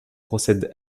procède